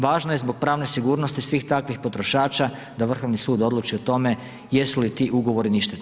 Važno je zbog pravne sigurnosti svih takvih potrošača, da Vrhovni sud odluči o tome jesu li ti ugovori ništetni.